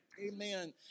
Amen